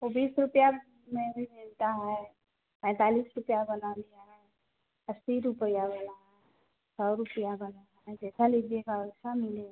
वह बीस रुपया में भी मिलता है पैंतालीस रुपया वाला भी है अस्सी रुपया वाला है सौ रुपया वाला है जैसा लीजिएगा वैसा मिलेगा